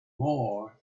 more